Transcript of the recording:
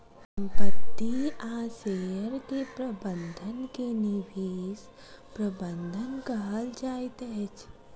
संपत्ति आ शेयर के प्रबंधन के निवेश प्रबंधन कहल जाइत अछि